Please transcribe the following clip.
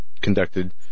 conducted